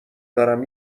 دارم